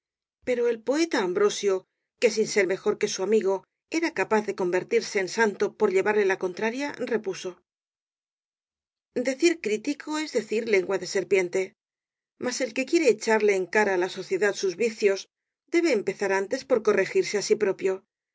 pero el poeta ambrosio que sin ser mejor que su amigo era capaz de convertirse en santo por llevarle la contraria repuso decir crítico es decir lengua de serpiente mas el que quiere echarle en cara á la sociedad sus vicios debe empezar antes por corregirse á sí propio